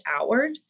outward